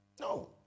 No